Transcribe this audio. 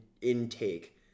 intake